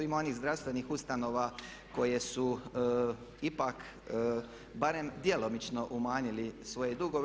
Ima onih zdravstvenih ustanova koje su ipak, barem djelomično, umanjili svoje dugove.